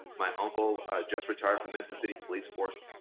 my uncle just retired from memphis city police force.